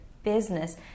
Business